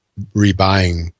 rebuying